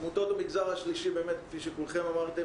עמותות המגזר השלישי, כפי שכולכם אמרתם,